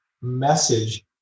message